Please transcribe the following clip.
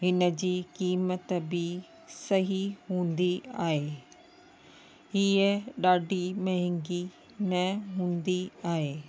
हिनजी क़ीमत बि सही हूंदी आहे हीअं ॾाढी महांगी न हूंदी आहे